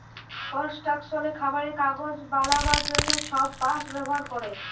কলস্ট্রাকশলে, খাবারে, কাগজ বালাবার জ্যনহে ছব বাঁশ ব্যাভার ক্যরে